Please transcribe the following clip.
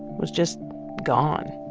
was just gone.